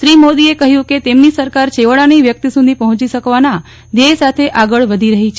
શ્રી મોદીએ કહ્યું કે તેમની સરકાર છેવાડાની વ્યક્તિ સુધી પહોંચી શકવાના ધ્યેય સાથે આગળ વધી રહી છે